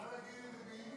את יכולה להגיד את זה ביידיש?